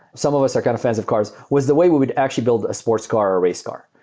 some of us are kind of fans of cars, was the way we would actually build a sports car or a racecar.